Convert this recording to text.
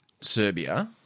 Serbia